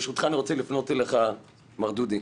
ברשותך, אני רוצה לפנות אליך, דודי.